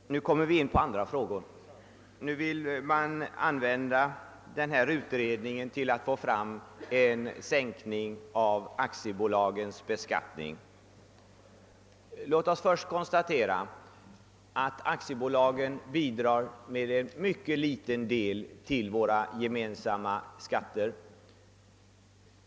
Herr talman! Nu kommer vi in på andra frågor. Nu vill man använda den här utredningen för att få fram en sänkning av aktiebolagens beskattning. Låt oss först konstatera att aktiebolagen bidrar med en mycket liten del av våra gemensamma skatter.